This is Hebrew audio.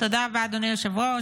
תודה רבה, אדוני היושב-ראש.